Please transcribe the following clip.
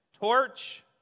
torch